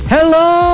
Hello